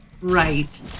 Right